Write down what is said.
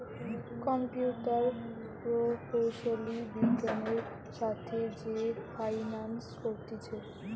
computer প্রকৌশলী বিজ্ঞানের সাথে যে ফাইন্যান্স করতিছে